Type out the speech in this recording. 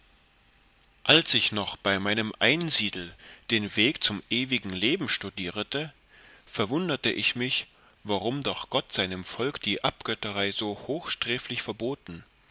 als ich noch bei meinem einsiedel den weg zum ewigen leben studierete verwunderte ich mich warum doch gott seinem volk die abgötterei so hochsträflich verboten